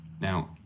now